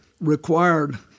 required